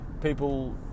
people